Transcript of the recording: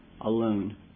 alone